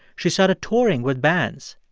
she started touring with bands.